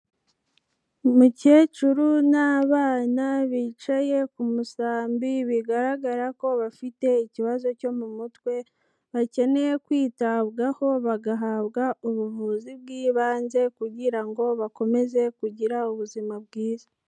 Umukecuru n'abana bicaye ku musambi, bigaragara ko bafite ikibazo cyo mu mutwe, bakeneye kwitabwaho bagahabwa ubuvuzi bw'ibanze kugira ngo bakomeze kugira ubuzima bwiza.